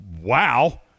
Wow